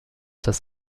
das